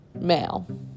male